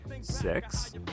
six